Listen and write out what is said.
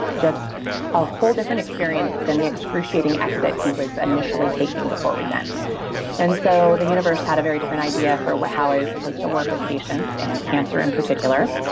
just a whole different experience than the excruciating exit he was initially taking before we met and so the universe had a very different idea for how i was supposed to work with patients and cancer in particular,